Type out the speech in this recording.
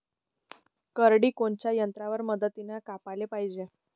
करडी कोनच्या यंत्राच्या मदतीनं कापाले पायजे?